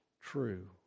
true